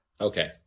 Okay